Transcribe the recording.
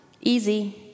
easy